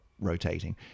rotating